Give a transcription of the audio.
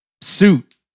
suit